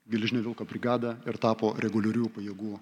geležinio vilko brigadą ir tapo reguliarių pajėgų